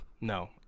No